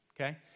okay